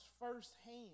firsthand